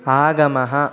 आगमः